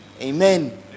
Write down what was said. Amen